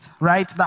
right